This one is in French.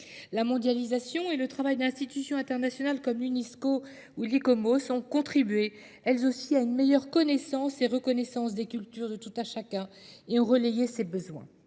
La mondialisation et le travail d'institutions internationales comme l'UNESCO ou l'ECOMOS ont contribué, elles aussi, à une meilleure connaissance et reconnaissance des cultures de tout à chacun et ont relayé ces besoins.